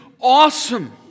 awesome